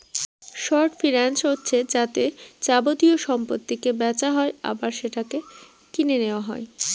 short finance হচ্ছে যাতে যাবতীয় সম্পত্তিকে বেচা হয় আবার সেটাকে কিনে নেওয়া হয়